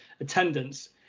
attendance